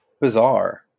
bizarre